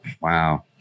Wow